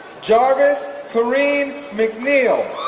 jarvis kareen mcneill,